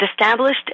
established